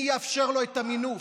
מי יאפשר מינוף?